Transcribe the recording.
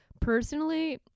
Personally